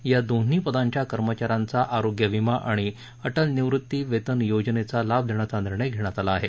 या दोन्ही पदांच्या कर्मचाऱ्यांना आरोग्य विमा आणि अटल निवृत्ती वेतन योजनेचा लाभ देण्याचा निर्णय घेण्यात आला आहे